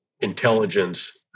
intelligence